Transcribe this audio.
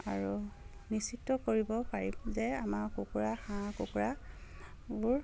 আৰু নিশ্চিত কৰিব পাৰিম যে আমাৰ কুকুৰা হাঁহ কুকুৰাবোৰ